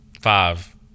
five